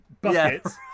buckets